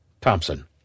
Thompson